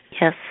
Yes